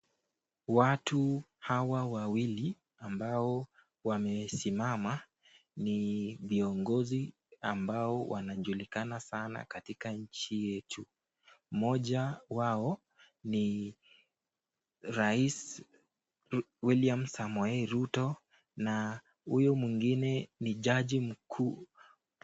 Watu hawa wawili ambao wamesimama ni viongozi ambao wanajulikana sana katika nchi yetu. Mmoja wao ni raisi Wiliam Samoei Ruto na huyo mwingine ni jaji mkuu.